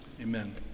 Amen